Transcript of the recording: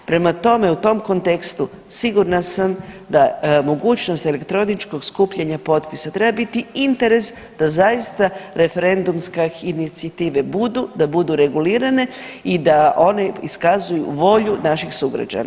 Prema tome, u tom kontekstu sigurna sam da mogućnost elektroničkog skupljanja potpisa treba biti interes da zaista referendumske inicijative budu, da budu regulirane i da one iskazuju volju naših sugrađana.